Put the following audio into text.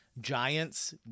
giants